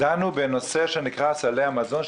דנו בנושא שנקרא סלי המזון,